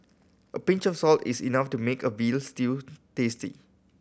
a pinch of salt is enough to make a veal stew tasty